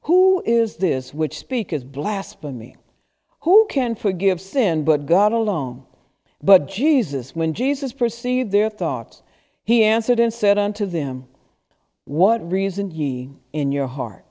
who is this which speak is blasphemy who can forgive sin but got along but jesus when jesus perceived their thoughts he answered and said unto them what reason ye in your heart